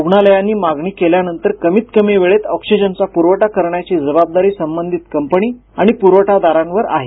रूग्णालयांनी मागणी केल्यानंतर कमीत कमी वेळेत ऑक्सिजनचा पुरवठा करण्याची जबाबदारी संबंधीत कपंनी आणि प्रवठादारांवर आहे